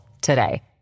today